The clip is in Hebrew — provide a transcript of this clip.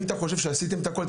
אם אתם חושבים שעשיתם את הכל,